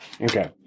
Okay